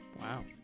Wow